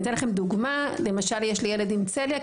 אתן לכם דוגמה יש לי ילד עם צליאק.